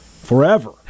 Forever